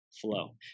flow